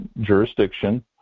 jurisdiction